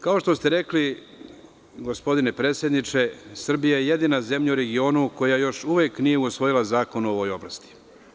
Kao što ste rekli, gospodine predsedniče, Srbija je jedina zemlja u regionu koja još uvek nije usvojila zakon u ovoj oblasti.